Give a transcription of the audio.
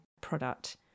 product